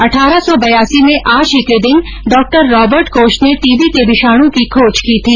अठारह सौ बयासी में आज ही के दिन डॉक्टर रॉबर्ट कोच ने टीबी के विषाणु की खोज की थी